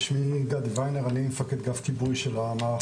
שמי גדי וינר, אני מפקד גף כיבוי של המערך